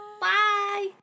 Bye